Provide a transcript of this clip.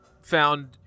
found